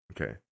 Okay